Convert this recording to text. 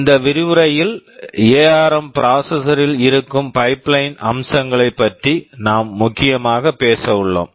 இந்த விரிவுரையில் ARM ARM processor processor ல் இருக்கும் பைப்லைன் pipeline அம்சங்களைப் பற்றி நாம் முக்கியமாகப் பேச உள்ளோம்